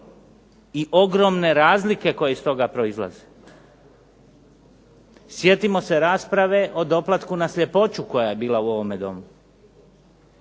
i ogromne razlike koje iz toga proizlaze. Sjetimo se rasprave o doplatku na sljepoću koja je bila u ovome Domu.